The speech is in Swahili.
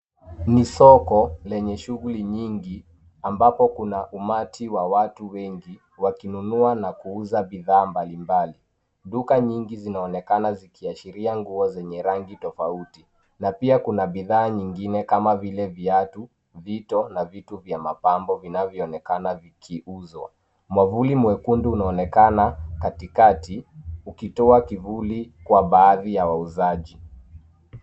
Ni soko lenye shughuli nyingi ambapo kuna umati wa watu wengi wakinunua na kuuza bidhaa mbalimbali. Duka nyingi zinaonekana zikiashiria nguo zenye rangi tofauti, na pia kuna bidhaa nyingine kama vile viatu, vito na vitu vya mapambo vinavyoonekana vikiuzwa. Mwavuli mwekundu unaonekana katikati ukitoa kivuli kwa baadhi ya wauzaji.